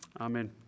Amen